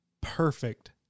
perfect